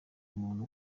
umuntu